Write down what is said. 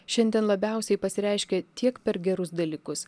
šiandien labiausiai pasireiškia tiek per gerus dalykus